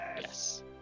Yes